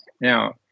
Now